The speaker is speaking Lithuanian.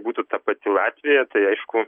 būtų ta pati latvija tai aišku